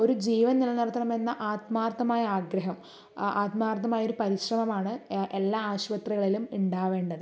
ഒരു ജീവൻ നില നിർത്തണമെന്ന ആത്മാർത്ഥമായ ആഗ്രഹം ആത്മാർഥമായ ഒരു പരിശ്രമമാണ് എല്ലാ ആശുപത്രികളിലും ഉണ്ടാവേണ്ടത്